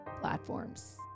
platforms